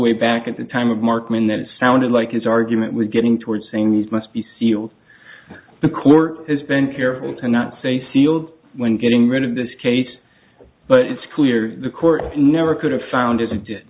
way back at the time of markman that it sounded like his argument was getting towards saying these must be sealed the court has been careful to not say sealed when getting rid of this case but it's clear the court never could have found i